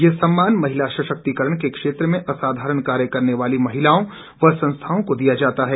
यह सम्मान महिला सशक्तिकरण के क्षेत्र में असाधारण कार्य करने वाली महिलाओं व संस्थाओं को दिया जाता है